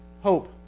hope